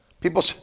People